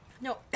No